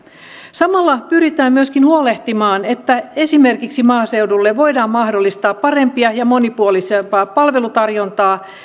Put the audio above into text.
samalla pyritään myöskin huolehtimaan että esimerkiksi maaseudulle voidaan mahdollistaa parempaa ja monipuolisempaa palvelutarjontaa